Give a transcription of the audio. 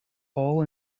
all